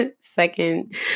second